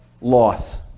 loss